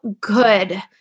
good